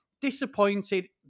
disappointed